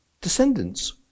descendants